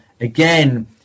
again